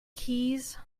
keys